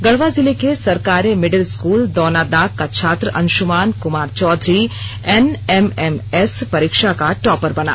गढ़वा जिले के सरकारी मिडिल स्कूल दौनादाग का छात्र अंशुमान कुमार चौधरी एनएमएमएस परीक्षा का टॉपर बना